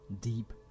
deep